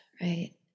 right